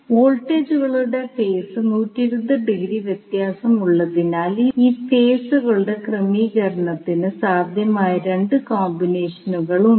വോൾട്ടേജുകളുടെ phase 120 degree വ്യത്യാസം ഉള്ളതിനാൽ ഈ ഫേസകളുടെ ക്രമീകരണത്തിന് സാധ്യമായ 2 കോമ്പിനേഷനുകൾ ഉണ്ട്